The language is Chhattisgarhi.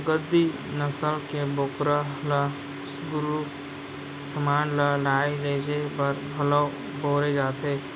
गद्दी नसल के बोकरा ल गरू समान ल लाय लेजे बर घलौ बउरे जाथे